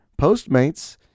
Postmates